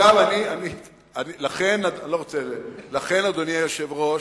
לכן, אדוני היושב-ראש,